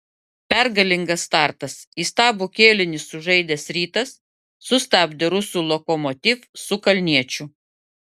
pergalingas startas įstabų kėlinį sužaidęs rytas sustabdė rusų lokomotiv su kalniečiu